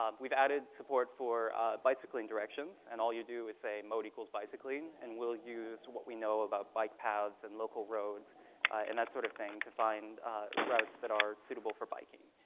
um we've added support for bicycling directions, and all you do is say mode equals bicycling, and we'll use what we know about bike paths and local roads and that sort of thing to find routes that are suitable for biking.